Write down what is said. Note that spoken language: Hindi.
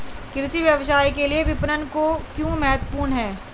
कृषि व्यवसाय के लिए विपणन क्यों महत्वपूर्ण है?